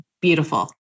beautiful